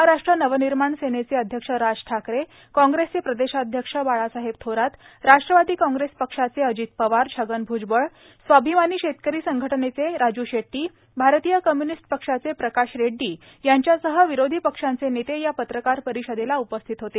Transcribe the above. महाराष्ट्र नवनिर्माण सेनेचे अध्यक्ष राज ठाकरे काँग्रेसचे प्रदेशाध्यक्ष बाळासाहेब थोरात राष्ट्रवादी काँग्रेस पक्षाचे अजित पवार छगन भुजबळ स्वाभिमानी शेतकरी संघटनेचे राजू शेट्टी भारतीय कम्युनिस्ट पक्षाचे प्रकाश रेड्डी यांच्यासह विरोधी पक्षांचे नेते या पत्रकार परिषदेला उपस्थित होते